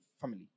family